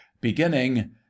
beginning